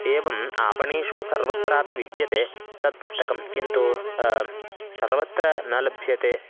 एवम् आपणेषु सर्वत्रापि विद्यते तत् पुस्तकं किन्तु सर्वत्र न लभ्यते